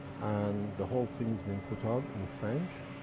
and the whole thing has been put on in french,